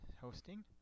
hosting